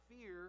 fear